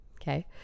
okay